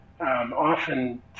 often